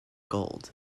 gold